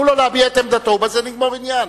תנו לו להביע את עמדתו ובזה נגמור העניין.